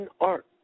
art